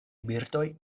birdoj